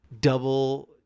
double –